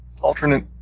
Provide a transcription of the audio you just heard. alternate